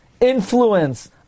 influence